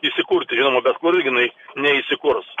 įsikurti žinoma bet kur jinai neįsikurs